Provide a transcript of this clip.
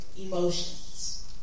emotions